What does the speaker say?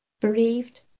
bereaved